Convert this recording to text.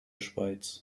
schweiz